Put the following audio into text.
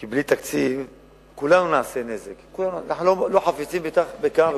כי בלי תקציב כולנו נעשה נזק ואנחנו לא חפצים בכך.